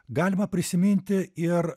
galima prisiminti ir